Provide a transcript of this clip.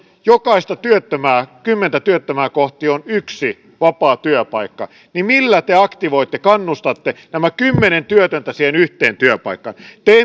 jokaista kymmentä työtöntä kohti on yksi vapaa työpaikka niin millä te aktivoitte kannustatte nämä kymmenen työtöntä siihen yhteen työpaikkaan